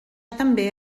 també